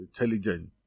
intelligence